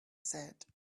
said